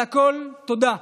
על הכול תודה.